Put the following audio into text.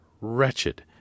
wretched